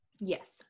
Yes